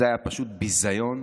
זה פשוט ביזיון,